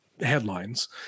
headlines